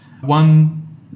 One